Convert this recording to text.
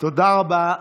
תודה רבה.